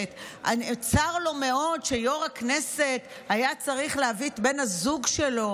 שצר לו מאוד שיו"ר הכנסת היה צריך להביא את בן הזוג שלו